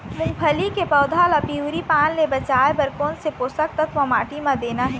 मुंगफली के पौधा ला पिवरी पान ले बचाए बर कोन से पोषक तत्व माटी म देना हे?